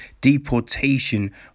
deportation